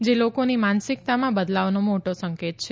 જે લોકોની માનસિકતામાં બદલાવનો મોટો સંકેત છે